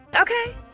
okay